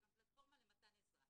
זו גם פלטפורמה למתן עזרה.